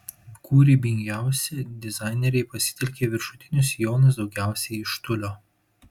kūrybingiausi dizaineriai pasitelkė viršutinius sijonus daugiausiai iš tiulio